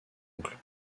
oncle